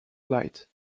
light